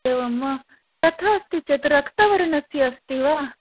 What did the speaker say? एवं वा तथा अस्ति चेत् रक्तवर्णस्य अस्ति वा